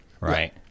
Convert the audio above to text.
Right